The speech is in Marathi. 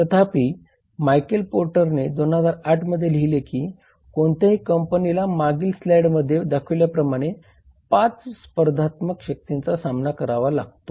तथापि मायकेल पोर्टरने 2008 मध्ये लिहिले की कोणत्याही कंपनीला मागील स्लाइडमध्ये दाखवल्याप्रमाणे पाच स्पर्धात्मक शक्तींचा सामना करावा लागतो